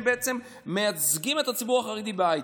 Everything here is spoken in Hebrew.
בעצם מייצגים את הציבור החרדי בהייטק.